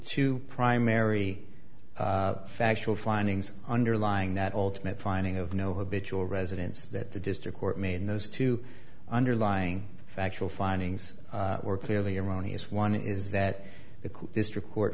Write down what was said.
two primary factual findings underlying that ultimate finding of nova biju a residence that the district court made in those two underlying factual findings were clearly erroneous one is that the district court